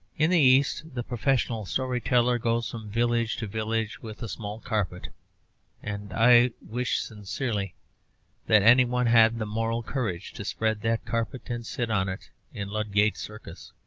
in the east the professional story-teller goes from village to village with a small carpet and i wish sincerely that anyone had the moral courage to spread that carpet and sit on it in ludgate circus.